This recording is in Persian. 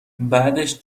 بعدش